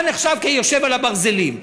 אתה נחשב כיושב על הברזלים.